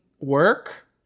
work